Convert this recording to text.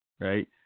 right